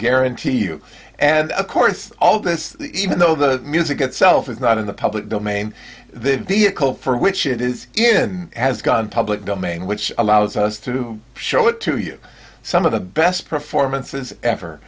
guarantee you and of course all this even though the music itself is not in the public domain the vehicle for which it is in has gone public domain which allows us to show it to you some of the best performances ever